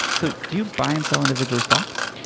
so do you buy and sell individual stocks?